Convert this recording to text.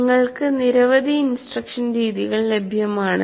നിങ്ങൾക്ക് നിരവധി ഇൻസ്ട്രക്ഷൻ രീതികൾ ലഭ്യമാണ്